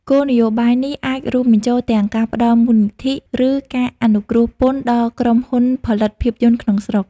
គោលនយោបាយនេះអាចរួមបញ្ចូលទាំងការផ្តល់មូលនិធិ ឬការអនុគ្រោះពន្ធដល់ក្រុមហ៊ុនផលិតភាពយន្តក្នុងស្រុក។